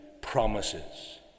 promises